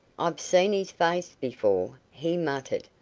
i've seen his face before, he muttered.